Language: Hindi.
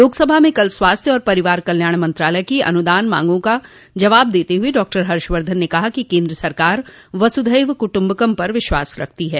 लोकसभा में कल स्वास्थ्य और परिवार कल्याण मंत्रालय की अनुदान मांगों का जवाब देते हुए डॉक्टर हर्षवर्धन ने कहा कि केन्द्र सरकार वसुधैव कुटुम्बकम पर विश्वास करती है